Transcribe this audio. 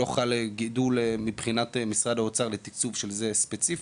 לא חל גידול מצד משרד האוצר לתקצוב של זה ספציפית,